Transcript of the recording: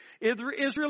Israel